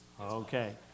Okay